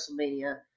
WrestleMania